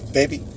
Baby